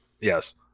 Yes